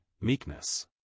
meekness